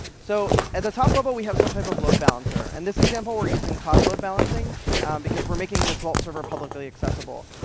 so at the top level, we have some type of load balancer. in and this example, we're using cloud load balancing because we're making this vault server publicly accessible.